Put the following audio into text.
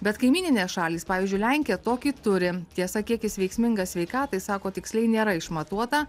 bet kaimyninės šalys pavyzdžiui lenkija tokį turi tiesa kiek jis veiksmingas sveikatai sako tiksliai nėra išmatuota